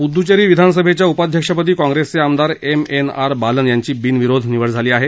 प्दद्द्चेरी विधानसभेच्या उपाध्यक्षपदी काँग्रेसचे आमदार एम एन आर बालन यांची बिनविरोध निवड झाली आहे